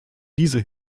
dieser